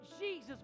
Jesus